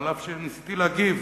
אף שניסיתי להגיב: